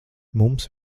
mums